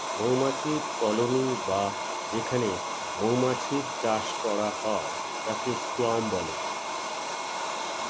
মৌমাছির কলোনি বা যেখানে মৌমাছির চাষ করা হয় তাকে সোয়ার্ম বলে